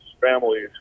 families